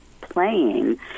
playing